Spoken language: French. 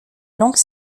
langue